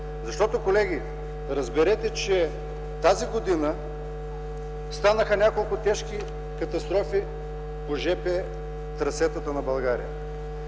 лева. Колеги, разберете, че тази година станаха няколко тежки катастрофи по ж. п. трасетата на България